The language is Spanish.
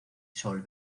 sol